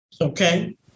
Okay